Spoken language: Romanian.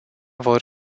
vor